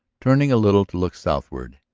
turning a little to look southward,